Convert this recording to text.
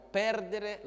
perdere